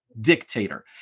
dictator